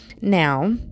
Now